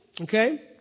Okay